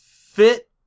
fit